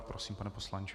Prosím, pane poslanče.